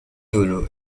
dulu